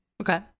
okay